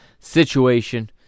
Situation